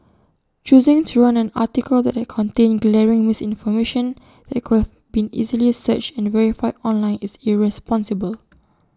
choosing to run an article that contained glaring misinformation that could have been easily searched and verified online is irresponsible